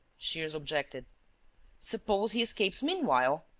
shears objected suppose he escapes meanwhile?